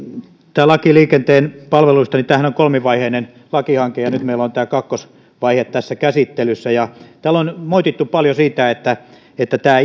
tämä laki liikenteen palveluistahan on kolmivaiheinen lakihanke ja nyt meillä on tämä kakkosvaihe käsittelyssä täällä on moitittu paljon sitä että tämä